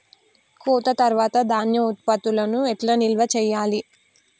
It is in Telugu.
కోత తర్వాత ధాన్యం ఉత్పత్తులను ఎట్లా నిల్వ చేయాలి?